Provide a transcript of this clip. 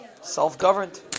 self-governed